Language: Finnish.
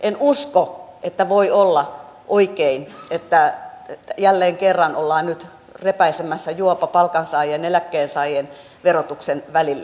en usko että voi olla oikein että jälleen kerran ollaan nyt repäisemässä juopa palkansaajien ja eläkkeensaajien verotuksen välille